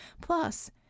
Plus